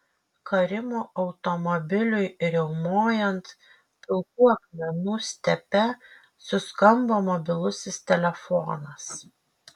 karimo automobiliui riaumojant pilkų akmenų stepe suskambo mobilusis telefonas